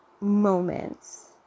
moments